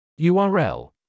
url